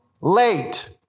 late